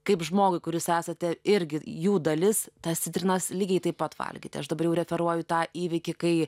kaip žmogui kuris esate irgi jų dalis tas citrinas lygiai taip pat valgyti aš dabar jau referuoju tą įvykį kai